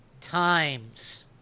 times